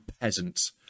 peasants